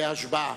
להשבעה.